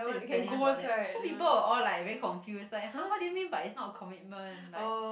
so he was telling us about that so people were all like very confused like !huh! what do you mean by it's not a commitment like